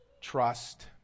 trust